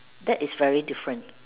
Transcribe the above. that is very different